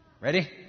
Ready